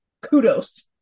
kudos